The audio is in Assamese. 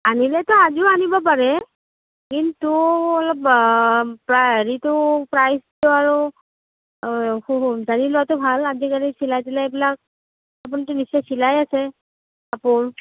আনিলেতো আজিও আনিব পাৰে কিন্তু অলপ হেৰিটো প্ৰাইচটো আৰু লোৱাটো ভাল আজিকালি চিলাই তিলাইবিলাক আপুনিটো নিশ্চয় চিলায়েই আছে কাপোৰ